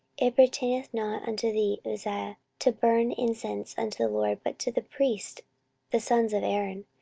appertaineth not unto thee, uzziah, to burn incense unto the lord, but to the priests the sons of aaron,